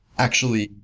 actually,